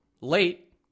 late